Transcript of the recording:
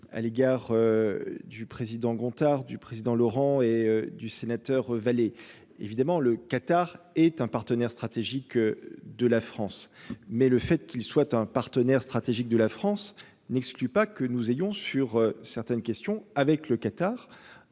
à l'égard du président Gontard du président Laurent et du sénateur évidemment le Qatar est un partenaire stratégique de la France, mais le fait qu'il soit un partenaire stratégique de la France n'exclut pas que nous ayons sur certaines questions avec le Qatar,